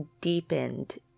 deepened